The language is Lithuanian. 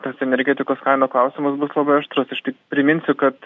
tas energetikos kainų klausimas bus labai aštrus aš tik priminsiu kad